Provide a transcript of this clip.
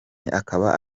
akaba